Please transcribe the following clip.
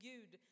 Gud